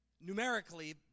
numerically